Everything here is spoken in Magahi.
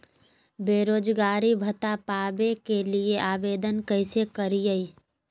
बेरोजगारी भत्ता पावे के लिए आवेदन कैसे करियय?